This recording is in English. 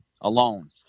alone